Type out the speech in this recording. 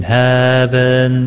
heaven